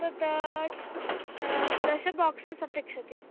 तत् दश बाक्सस् अपेक्ष्यन्ते